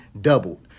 doubled